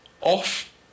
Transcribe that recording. off